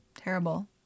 terrible